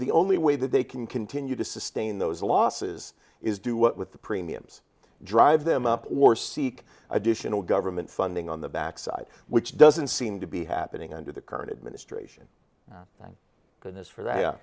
the only way that they can continue to sustain those losses is do what with the premiums drive them up or seek additional government funding on the back side which doesn't seem to be happening under the current administration thank goodness for that